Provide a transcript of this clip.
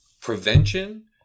prevention